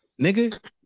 Nigga